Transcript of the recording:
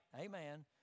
Amen